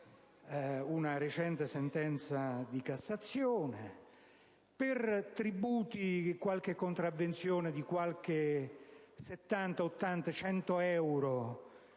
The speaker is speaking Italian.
una recente sentenza di Cassazione per tributi come qualche contravvenzione di 70, 80 o 100 euro,